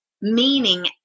meaning